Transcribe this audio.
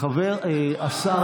חבר הכנסת ארבל, קריאה שנייה.